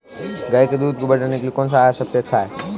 गाय के दूध को बढ़ाने के लिए कौनसा आहार सबसे अच्छा है?